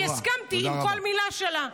-- כי הסכמתי לכל מילה שלה.